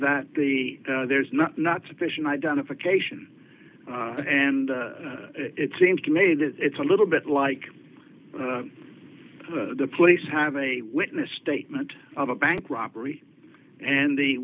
that the there's not not sufficient identification and it seems to me that it's a little bit like the police have a witness statement of a bank robbery and the